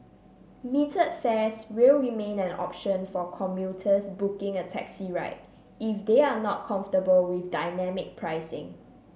metered fares will remain an option for commuters booking a taxi ride if they are not comfortable with dynamic pricing